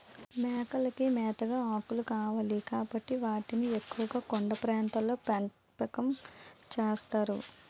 మేకలకి మేతగా ఆకులు కావాలి కాబట్టి వాటిని ఎక్కువుగా కొండ ప్రాంతాల్లో పెంపకం చేస్తారు